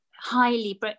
highly